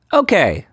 okay